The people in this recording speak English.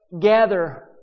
gather